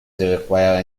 require